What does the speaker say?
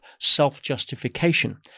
self-justification